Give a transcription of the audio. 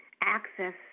access